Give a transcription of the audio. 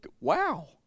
wow